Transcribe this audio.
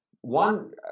One